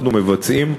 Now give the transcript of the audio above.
אנחנו מבצעים,